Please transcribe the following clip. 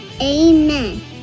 Amen